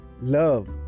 love